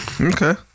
Okay